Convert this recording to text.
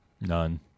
None